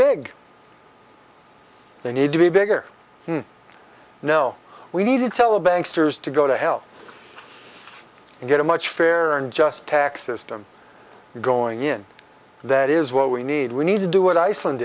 big they need to be bigger no we need to tell the banks toure's to go to help and get a much fairer and just tax system going in that is what we need we need to do what iceland